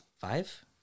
Five